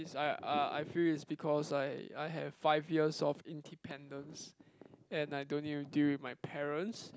is I I feel is because I I have five years of independence and I don't need to deal with my parents